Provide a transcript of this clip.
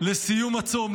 לסיום הצום,